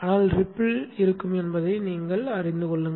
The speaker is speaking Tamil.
ஆனால் ரிப்பில் இருக்கும் என்பதை அறிந்து கொள்ளுங்கள்